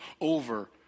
over